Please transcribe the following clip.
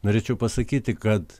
norėčiau pasakyti kad